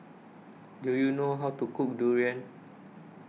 Do YOU know How to Cook Durian